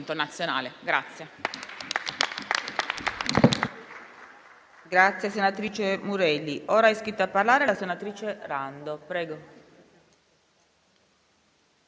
Grazie,